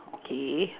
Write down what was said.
okay